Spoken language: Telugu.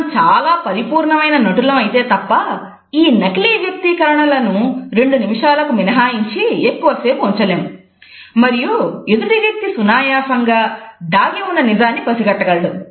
మనం చాలా పరిపూర్ణమైన నటులం అయితే తప్ప ఈ నకిలీ వ్యక్తీకరణలను రెండు నిమిషాలకు మినహాయించి ఎక్కువ సేపు ఉంచలేము మరియు ఎదుటి వ్యక్తి సునాయాసంగా దాగి ఉన్న నిజాన్ని పసిగట్టగలడు